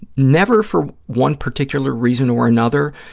never for one particular reason or another.